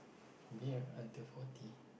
from here until forty